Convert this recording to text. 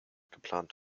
geplant